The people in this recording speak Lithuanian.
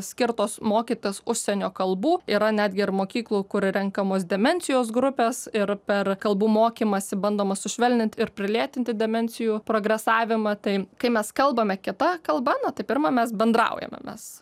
skirtos mokytis užsienio kalbų yra netgi ir mokyklų kur renkamos demencijos grupės ir per kalbų mokymąsi bandoma sušvelnint ir prilėtinti demencijų progresavimą tai kai mes kalbame kita kalba na tai pirma mes bendraujame mes